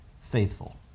faithful